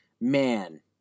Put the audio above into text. Man